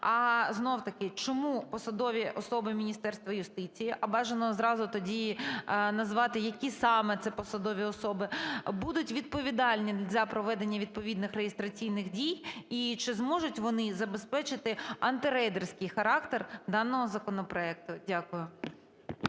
знову-таки, чому посадові особи Міністерства юстиції, а бажано зразу тоді назвати, які саме це посадові особи, будуть відповідальні за проведення відповідних реєстраційних дій. І чи зможуть вони забезпечити антирейдерський характер даного законопроекту? Дякую.